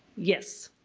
yes,